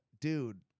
dude